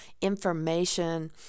information